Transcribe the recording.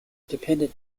dependent